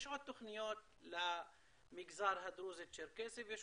יש עוד תוכניות למגזר הדרוזי והצ'רקסי ויש